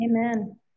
Amen